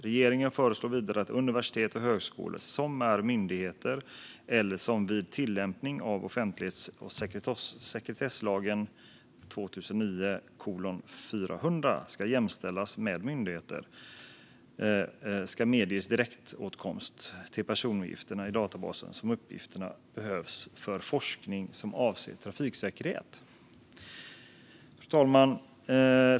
Regeringen föreslår vidare att universitet och högskolor som är myndigheter eller som vid tillämpningen av offentlighets och sekretesslagen, 2009:400, ska jämställas med myndigheter och medges direktåtkomst till personuppgifter i databasen om uppgifterna behövs för forskning som avser trafiksäkerhet. Fru talman!